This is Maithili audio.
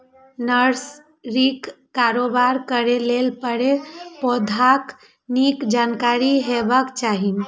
नर्सरीक कारोबार करै लेल पेड़, पौधाक नीक जानकारी हेबाक चाही